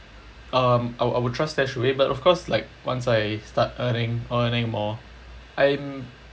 um I will I will trush StashAway but of course like once I start earning earning more I'm